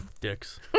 Dicks